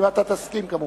אם אתה תסכים, כמובן.